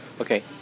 Okay